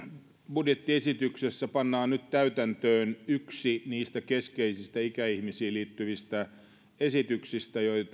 budjettiesityksessä pannaan nyt täytäntöön yksi niistä keskeisistä ikäihmisiin liittyvistä esityksistä joita hallitusohjelmassa